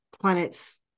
planets